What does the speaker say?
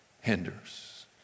hinders